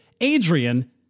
Adrian